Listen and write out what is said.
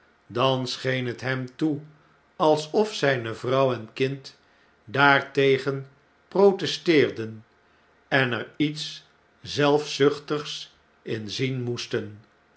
dan scheen het hem toe alsof zijne vrouw enkinddaartegenprot esteerden en er iets zelfzuchtigs in zien moesten